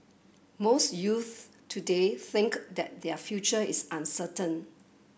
most youths today think that their future is uncertain